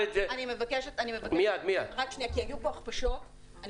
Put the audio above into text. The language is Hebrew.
כיוון שהיו פה הכפשות,